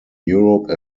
europe